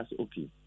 okay